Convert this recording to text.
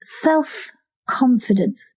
Self-confidence